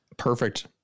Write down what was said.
perfect